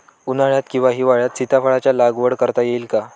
उन्हाळ्यात किंवा हिवाळ्यात सीताफळाच्या लागवड करता येईल का?